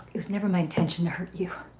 it was never my intention to hurt you.